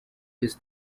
his